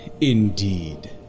indeed